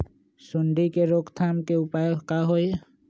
सूंडी के रोक थाम के उपाय का होई?